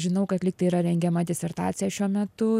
žinau kad lygtai yra rengiama disertacija šiuo metu